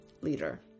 Leader